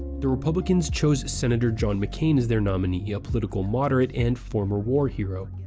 the republicans chose senator john mccain as their nominee, a political moderate and former war hero.